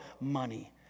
money